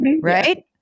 Right